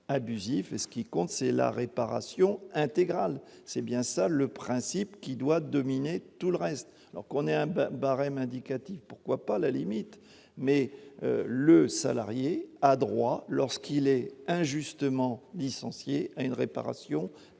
ce qui compte, c'est la réparation intégrale. C'est bien là le principe qui doit dominer tout le reste ! Qu'un barème indicatif existe, pourquoi pas ? Mais le salarié a droit, lorsqu'il est injustement licencié, à une réparation intégrale